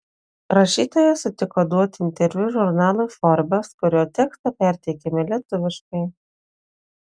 rašytojas sutiko duoti interviu žurnalui forbes kurio tekstą perteikiame lietuviškai